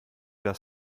das